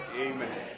Amen